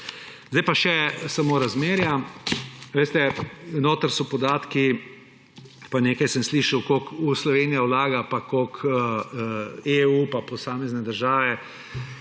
Zdaj pa še samo razmerja. Notri so podatki pa nekaj sem slišal, koliko Slovenija vlaga, koliko EU pa posamezne države.